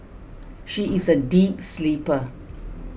she is a deep sleeper